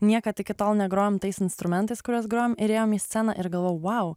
niekad iki tol negrojom tais instrumentais kuriuos grojom ir ėjom į sceną ir galvojau vau